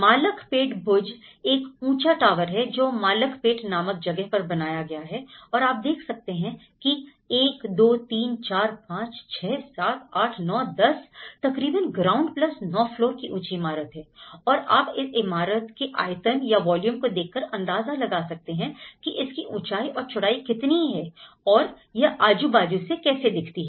मालकपेट भुज एक ऊंचा टावर है जो मलकपेट नामक जगह पर बनाया गया है और आप देख सकते हैं एक दो तीन चार पांच छह सात आठ नौ दस तकरीबन ग्राउंड प्लस 9 फ्लोर ऊंची इमारत है और आप इस इमारत के आयतन या volume को देखकर अंदाजा लगा सकते हैं कि इसकी ऊंचाई और चौड़ाई कितनी है और यह आजू बाजू से कैसे दिखती है